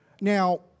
Now